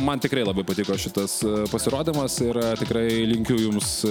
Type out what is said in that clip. man tikrai labai patiko šitas pasirodymas yra tikrai linkiu jums